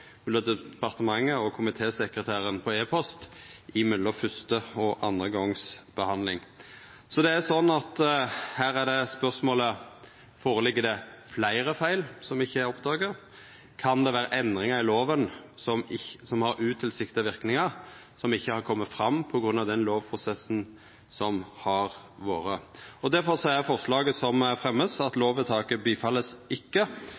departementet og komitésekretæren på e-post mellom første og andre gongs behandling. Så her er spørsmålet: Ligg det føre fleire feil som ikkje er oppdaga? Kan det vera endringar i loven som har utilsikta verknader som ikkje har kome fram på grunn av den lovprosessen som har vore? Derfor vert følgjande forslag fremma: «Lovvedtaket bifalles ikke. Anmerkning: Lovforslaget bør henlegges. Representanten Geir Pollestad har tatt opp det forslaget